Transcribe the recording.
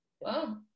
Wow